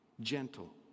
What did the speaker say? gentle